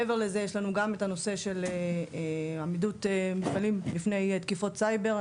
מעבר לזה יש לנו גם את הנושא של עמידות מפעלים לפני תקיפות סייבר.